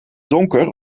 donker